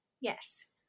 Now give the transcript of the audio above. Yes